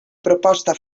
proposta